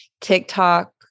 TikTok